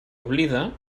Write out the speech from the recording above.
oblida